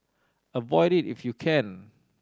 avoid it if you can